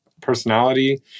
personality